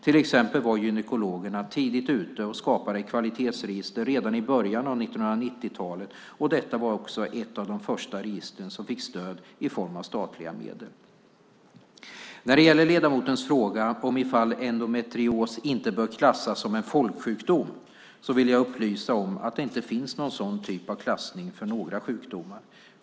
Gynekologerna var till exempel tidigt ute och skapade ett kvalitetsregister redan i början av 1990-talet, och detta var också ett av de första register som fick stöd i form av statliga medel. När det gäller ledamotens fråga om endometrios inte bör klassas som en folksjukdom vill jag upplysa om att det inte finns någon sådan typ av klassning för några sjukdomar.